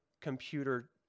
computer